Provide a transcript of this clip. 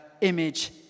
image